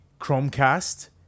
Chromecast